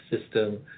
system